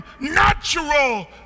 natural